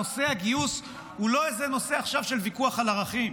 נושא הגיוס הוא לא איזה נושא עכשיו של ויכוח על ערכים.